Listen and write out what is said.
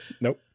Nope